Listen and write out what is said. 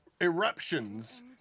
eruptions